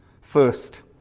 first